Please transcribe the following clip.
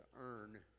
earn